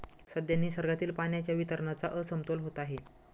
सध्या निसर्गातील पाण्याच्या वितरणाचा असमतोल होत आहे